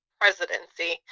presidency